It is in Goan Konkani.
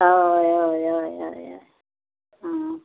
हय हय हय हय हय आं